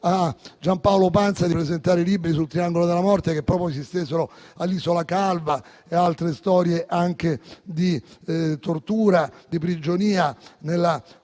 a Giampaolo Pansa di presentare i libri sul triangolo della morte, che poi si estesero all'isola Calva e ad altre storie di tortura, di prigionia nella